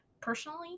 personally